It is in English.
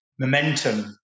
momentum